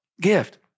gift